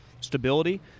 stability